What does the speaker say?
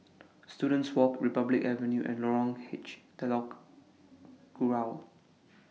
Students Walk Republic Avenue and Lorong H Telok Kurau